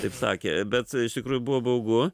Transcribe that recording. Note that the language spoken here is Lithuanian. taip sakė bet iš tikrųjų buvo baugu